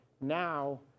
now